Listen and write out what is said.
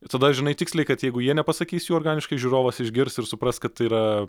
tada žinai tiksliai kad jeigu jie nepasakys jų organiškai žiūrovas išgirs ir supras kad tai yra